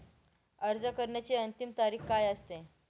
अर्ज करण्याची अंतिम तारीख काय असते?